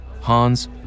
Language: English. Hans